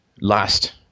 last